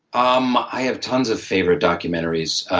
um i have tons of favorite documentaries.